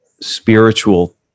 spiritual